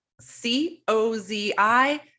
C-O-Z-I